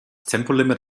tempolimit